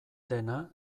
dena